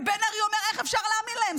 ובן ארי אומר: איך אפשר להאמין להם?